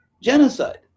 genocide